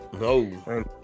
No